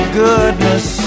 goodness